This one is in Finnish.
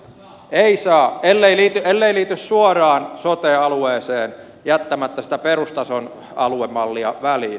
ei saa ellei liity suoraan sote alueeseen jättämättä sitä perustason aluemallia väliin